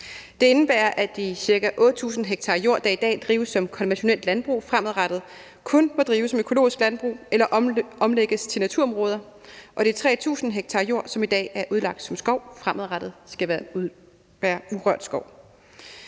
Det indebærer, at de ca. 8.000 ha jord, der i dag drives som konventionelt landbrug, fremadrettet kun må drives som økologisk landbrug eller omlægges til naturområder, og at de ca. 3.000 ha jord, som i dag er udlagt som skov, fremadrettet skal være urørt skov.